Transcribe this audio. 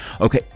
Okay